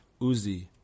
Uzi